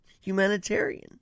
Humanitarian